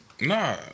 Nah